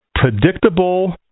predictable